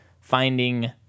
Finding